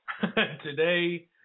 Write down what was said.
Today